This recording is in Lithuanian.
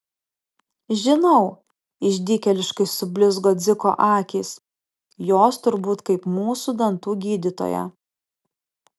žinau išdykėliškai sublizgo dziko akys jos turbūt kaip mūsų dantų gydytoja